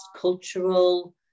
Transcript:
cultural